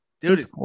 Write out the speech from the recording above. dude